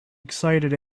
excited